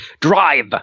drive